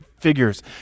figures